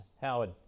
Howard